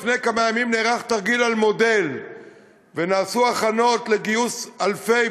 לפני כמה ימים נערך תרגיל על מודל ונעשו הכנות לגיוס אלפי,